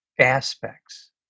aspects